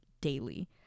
daily